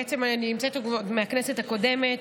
בעצם אני נמצאת איתו עוד מהכנסת הקודמת,